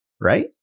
Right